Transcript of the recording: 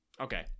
Okay